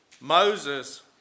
Moses